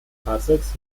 fahrzeugs